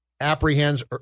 apprehends